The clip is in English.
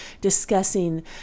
discussing